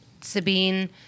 Sabine